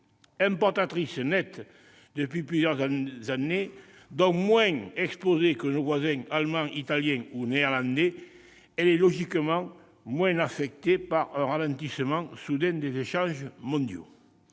Importatrice nette depuis plusieurs années, donc moins exposée que ses voisines allemande, italienne ou néerlandaise, elle est logiquement moins affectée par un ralentissement soudain des échanges mondiaux.